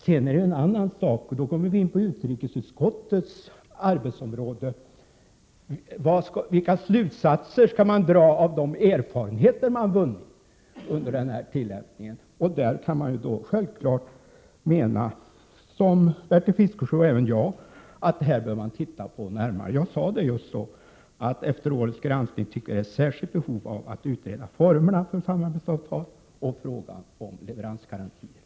Sedan är det en annan sak — och då kommer vi in på utrikesutskottets arbetsområde — vilka slutsatser som skall dras av de erfarenheter man vunnit under denna tillämpning. På den punkten kan man självfallet mena, som Bertil Fiskesjö och även jag har sagt, att det bör ses över närmare. Jag sade just att det efter årets granskning finns särskilt behov av att utreda formerna för samarbetsavtal och frågan om leveransgarantier.